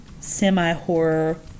semi-horror